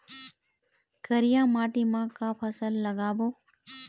करिया माटी म का फसल लगाबो?